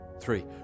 three